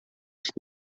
ich